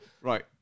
Right